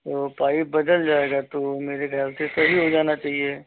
तो पाइप बदल जाएगा तो ओ मेरे ख्याल से सही हो जाना चहिए